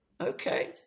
Okay